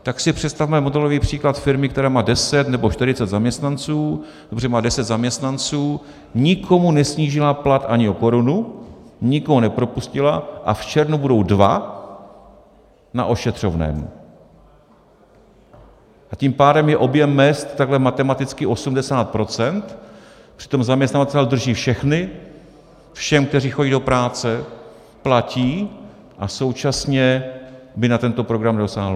Tak si představme modelový příklad firmy, která má deset nebo čtyřicet zaměstnanců, má deset zaměstnanců, nikomu nesnížila plat ani o korunu, nikoho nepropustila a v červnu budou dva na ošetřovném, a tím pádem je objem mezd takhle matematicky 80 %, přitom zaměstnavatel drží všechny, všem, kteří chodí do práce, platí a současně by na tento program nedosáhl.